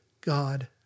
God